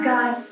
God